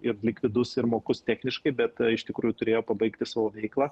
ir likvidus ir mokus techniškai bet iš tikrųjų turėjo pabaigti savo veiklą